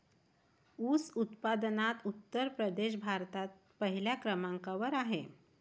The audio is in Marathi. ऊस उत्पादनात उत्तर प्रदेश भारतात पहिल्या क्रमांकावर आहे